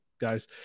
guys